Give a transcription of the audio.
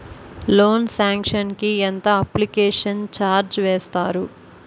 Loan sanction కి ఎంత application charge వేస్తారు?